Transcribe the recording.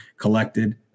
collected